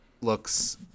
looks